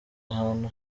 ahantu